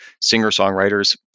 singer-songwriters